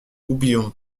oublions